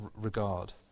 regard